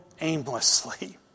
aimlessly